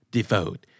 Devote